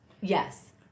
Yes